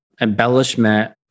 embellishment